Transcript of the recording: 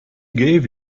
gave